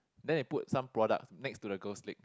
then they put some product next to the girl's leg